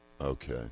Okay